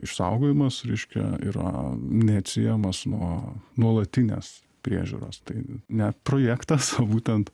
išsaugojimas reiškia yra neatsiejamas nuo nuolatinės priežiūros tai ne projektas o būtent